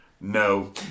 No